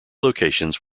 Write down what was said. locations